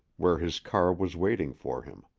where his car was waiting for him.